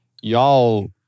y'all